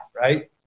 right